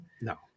No